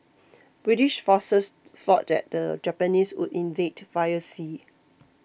British forces thought that the Japanese would invade via sea